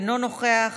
אינו נוכח,